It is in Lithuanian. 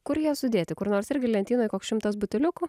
kur jie sudėti kur nors irgi lentynoj koks šimtas buteliukų